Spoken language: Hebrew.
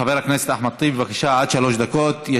חבר הכנסת אחמד טיבי, בבקשה, עד שלוש דקות.